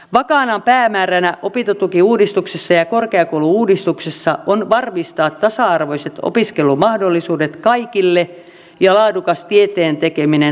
vakaana päämääränä opintotukiuudistuksessa ja korkeakoulu uudistuksessa on varmistaa tasa arvoiset opiskelumahdollisuudet kaikille ja laadukas tieteen tekeminen tulevaisuudessakin